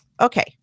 Okay